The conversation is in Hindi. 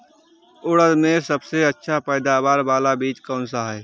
उड़द में सबसे अच्छा पैदावार वाला बीज कौन सा है?